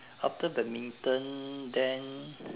after badminton then